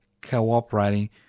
cooperating